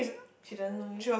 she doesn't know you